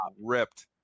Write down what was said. ripped